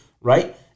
right